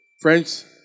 Friends